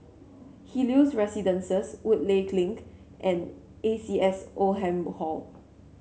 Helios Residences Woodleigh Link and A C S Oldham Hall